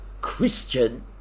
Christian